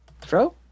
Throw